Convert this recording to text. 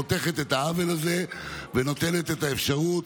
חותכת את העוול הזה ונותנת את האפשרות